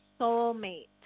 soulmate